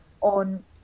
on